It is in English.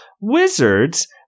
Wizards